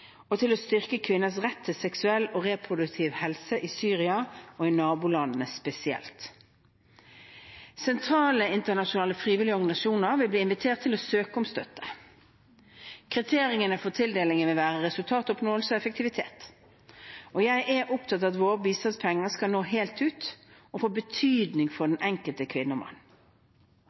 og til å styrke kvinners rett til seksuell og reproduktiv helse i Syria og i nabolandene spesielt. Sentrale internasjonale frivillige organisasjoner vil bli invitert til å søke om støtte. Kriteriene for tildelingen vil være resultatoppnåelse og effektivitet. Jeg er opptatt av at våre bistandspenger skal nå helt ut og få betydning for den enkelte kvinne og mann.